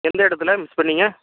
எந்த இடத்துல மிஸ் பண்ணீங்க